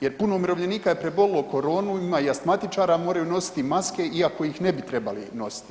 Jer, puno umirovljenika je preboljelo koronu, ima i astmatičara, moraju nositi maske iako ih ne bi trebali nositi.